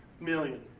million,